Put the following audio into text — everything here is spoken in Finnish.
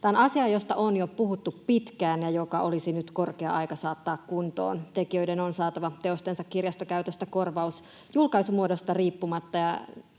Tämä on asia, josta on puhuttu jo pitkään ja joka olisi nyt korkea aika saattaa kuntoon. Tekijöiden on saatava teostensa kirjastokäytöstä korvaus julkaisumuodosta riippumatta.